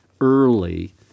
early